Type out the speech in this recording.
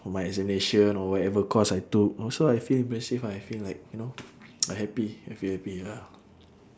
for my examination or whatever course I took also I feel impressive ah I feel like you know I happy I feel happy ya